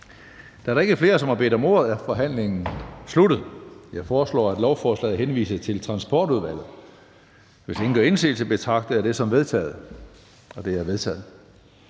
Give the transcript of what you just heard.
Da der ikke er flere, som har bedt om ordet, er forhandlingen sluttet. Jeg foreslår, at lovforslaget henvises til Transportudvalget. Hvis ingen gør indsigelse, betragter jeg det som vedtaget. Det er vedtaget.